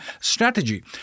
strategy